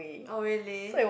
oh really